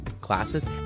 classes